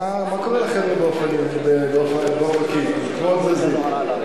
מה קורה לחבר'ה באופקים, הם כמו תזזית.